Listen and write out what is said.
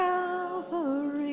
Calvary